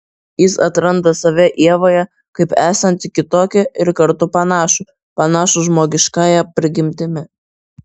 jis atranda save ievoje kaip esantį kitokį ir kartu panašų panašų žmogiškąja prigimtimi